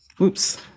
Oops